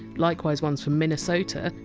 likewise ones from minnesota,